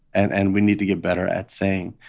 and and we need to get better at saying,